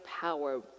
power